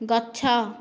ଗଛ